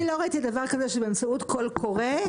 אני לא ראיתי דבר כזה שבאמצעות קול קורא,